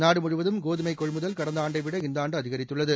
நாடு முழுவதும் கோதுமை கொள்முதல் கடந்த ஆண்டைவிட இந்த ஆண்டு அதிகரித்துள்ளது